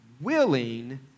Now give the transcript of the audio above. willing